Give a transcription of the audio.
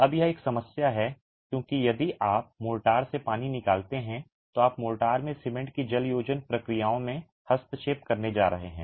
अब यह एक समस्या है क्योंकि यदि आप मोर्टार से पानी निकालते हैं तो आप मोर्टार में सीमेंट की जलयोजन प्रक्रियाओं में हस्तक्षेप करने जा रहे हैं